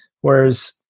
Whereas